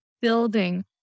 building